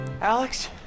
Alex